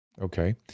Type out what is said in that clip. Okay